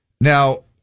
Now